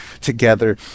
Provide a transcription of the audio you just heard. together